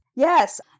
Yes